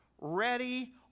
ready